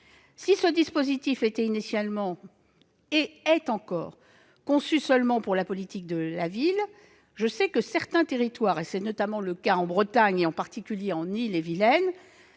Si ce dispositif était initialement et est encore conçu seulement pour la politique de la ville, je sais que certains territoires, notamment en Bretagne, en particulier en Ille-et-Vilaine,